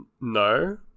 no